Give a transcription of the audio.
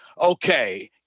okay